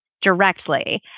directly